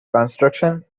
construction